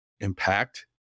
impact